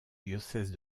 diocèse